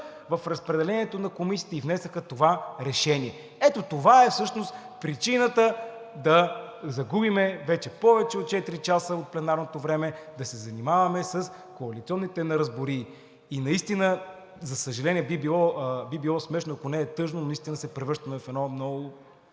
в разпределението на комисиите и внесоха това решение. Ето това е всъщност причината да загубим вече повече от четири часа от пленарното време да се занимаваме с коалиционните неразбории. И наистина, за съжаление, би било смешно, ако не е тъжно, но наистина се превръщаме в едно много